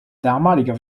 damaliger